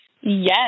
Yes